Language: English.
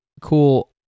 cool